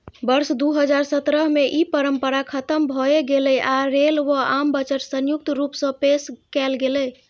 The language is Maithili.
वर्ष दू हजार सत्रह मे ई परंपरा खतम भए गेलै आ रेल व आम बजट संयुक्त रूप सं पेश कैल गेलै